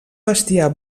bestiar